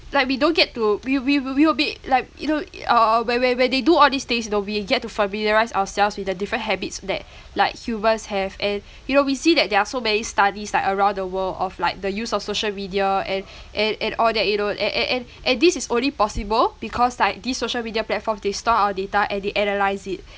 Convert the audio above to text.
like we don't get to we we we we will be like you know uh where where where they do all these things you know we get to familiarise ourselves with the different habits that like humans have and you know we see that there are so many studies like around the world of like the use of social media and and and all that you know and and and and this is only possible because like these social media platforms they store our data and they analyse it